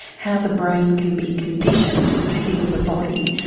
how the brain can be conditioned to heal the body.